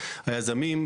היזמים,